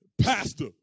pastor